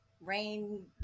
Rain